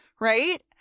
right